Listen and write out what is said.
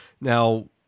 Now